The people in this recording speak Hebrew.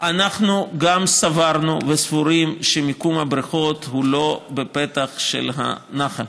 גם אנחנו סברנו וסבורים שמקום הבריכות אינו בפתח של הנחל.